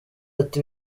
ati